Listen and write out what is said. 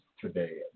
today